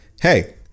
hey